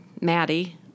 Maddie